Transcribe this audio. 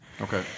Okay